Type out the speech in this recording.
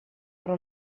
però